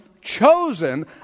chosen